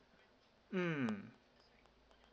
mm